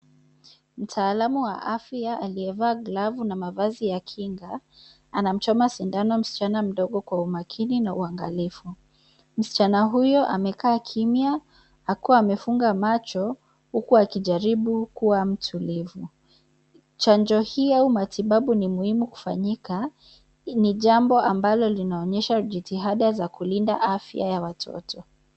Mtaalamu wa afya aliyevaa glavu na mavazi ya kinga, anamchoma sindano msichana mdogo kwa umakini na uangalifu. Msichana huyo amekaa kimya, akiwa amefunga macho, huku akijaribu kuwa mtulivu. Chanjo hii ya umatibabu ni muhimu kufanyika, ni jambo ambalo linaonyesha jitihada za kulinda afya ya watoto.